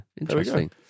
interesting